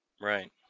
Right